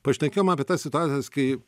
pašnekėjom apie tas situacijas kai